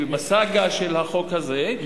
ובסאגה של החוק הזה,